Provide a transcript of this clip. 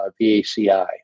VACI